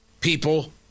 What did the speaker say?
people